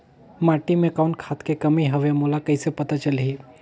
माटी मे कौन खाद के कमी हवे मोला कइसे पता चलही?